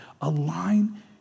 Align